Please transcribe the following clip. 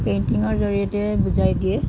পেইণ্টিঙৰ জৰিয়তে বুজাই দিয়ে